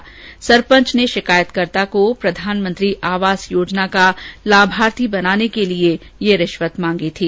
आरोप है कि सरपंच ने शिकायतकर्ता को प्रधानमंत्री आवास योजना का लाभार्थी बनाने के लिए यह रिश्वत मांगी थी